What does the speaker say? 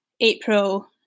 April